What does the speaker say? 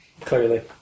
Clearly